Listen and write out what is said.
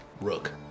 rook